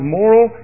moral